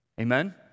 Amen